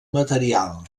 material